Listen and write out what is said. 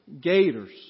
gators